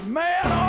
man